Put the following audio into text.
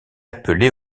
appelé